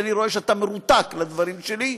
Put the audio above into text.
אני רואה שאתה מרותק לדברים שלי,